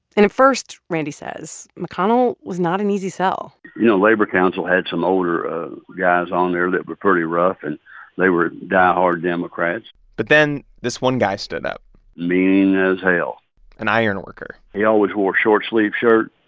and at first, randy says, mcconnell was not an easy sell you know, labor council had some older guys on there that were pretty rough, and they were diehard democrats but then this one guy stood up lean as hell an iron worker he always wore a short-sleeved shirt,